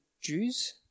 Jews